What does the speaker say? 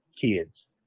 kids